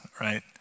right